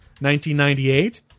1998